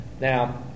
Now